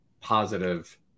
positive